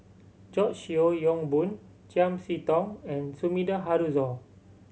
George Yeo Yong Boon Chiam See Tong and Sumida Haruzo